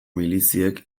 miliziek